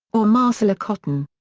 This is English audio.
or marcella cotton.